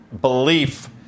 Belief